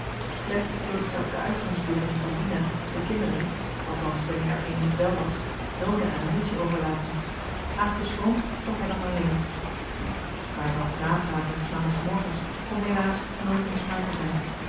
slechts dorst zij op de uitgangsbeurten van dina de kinderen althans wanneer er een niet wel was noode aan neeltje overlaten haast beschroomd trok hij dan alleen maar van het napraten s maandagsmorgens kon helaas nooit meer sprake zijn